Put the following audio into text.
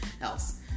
else